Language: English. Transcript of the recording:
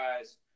guys